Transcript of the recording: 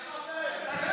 מחבל.